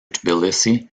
tbilisi